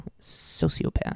sociopath